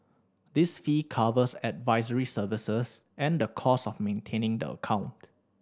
this fee covers advisory services and the costs of maintaining the account